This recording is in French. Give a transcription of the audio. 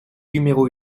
numéro